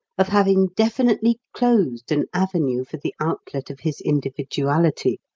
of having definitely closed an avenue for the outlet of his individuality.